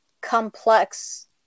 complex